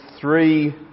three